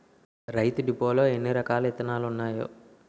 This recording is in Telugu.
రైతు డిపోలో ఎన్నిరకాల ఇత్తనాలున్నాయో